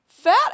fat